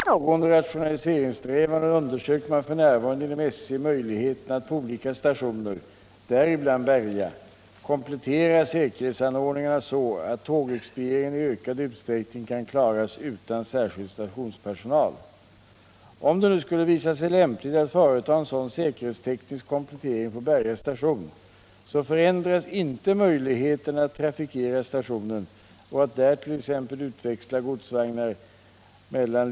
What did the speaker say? Herr talman! Birger Rosqvist har, mot bakgrund av pågående breddningsarbete på järnvägen mellan Sandbäckshult och Berga, ställt följande fråga till mig: Är kommunikationsministern beredd att medverka till att riksdagens beslut om ett sammanhängande järnvägsnät i denna del av Kalmar län också blir ett tillfredsställande, fungerande järnvägsnät? Jag hade kunnat svara ett enkelt ja på frågan: Givetvis skall vi ha ett fungerande järnvägsnät. Jag vill emellertid komplettera med följande upplysning. Som ett led i pågående rationaliseringssträvanden undersöker man f.n. inom SJ möjligheterna att på olika stationer — däribland Berga —- komplettera säkerhetsanordningarna så att tågexpedieringen i ökad utsträckning kan klaras utan särskild stationspersonal.